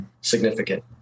significant